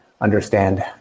understand